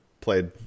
played